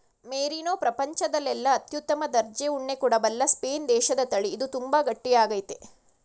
merino ಪ್ರಪಂಚದಲ್ಲೆಲ್ಲ ಅತ್ಯುತ್ತಮ ದರ್ಜೆ ಉಣ್ಣೆ ಕೊಡಬಲ್ಲ ಸ್ಪೇನ್ ದೇಶದತಳಿ ಇದು ತುಂಬಾ ಗಟ್ಟಿ ಆಗೈತೆ